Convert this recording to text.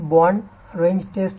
तर ती bond wrench test आहे